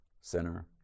Sinner